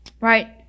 right